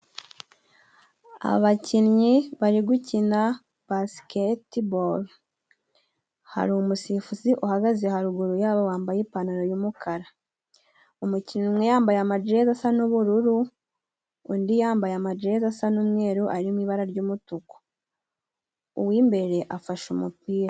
Abakinnyi bari gukina basiketi boro hari umusifuzi uhagaze haruguru yabo wambaye ipantaro yumukara umukinnyi yambaye amajezi asa n'ubururu undi yambaye amajezi asa n'umweru ari mu ibara ry'umutuku uw'imbere afashe umupira.